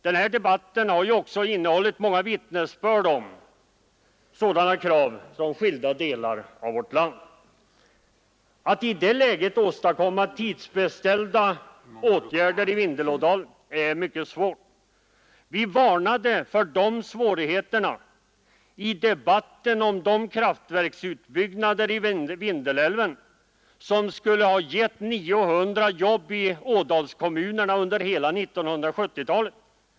Den här debatten har också innehållit många vittnesbörd om sådana krav från skilda delar av vårt land. Att i det läget åstadkomma tidsbestämda åtgärder i Vindelådalen är mycket svårt. Vi varnade för de svårigheterna i debatten om de kraftverksutbyggnader i Vindelälven som skulle ha gett 900 jobb i ådalskommunerna under hela 1970-talet.